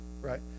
right